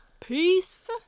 peace